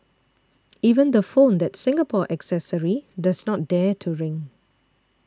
even the phone that Singapore accessory does not dare to ring